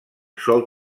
sol